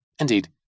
indeed